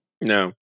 No